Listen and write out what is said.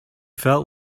felt